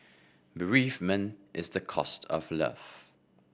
bereavement is the cost of love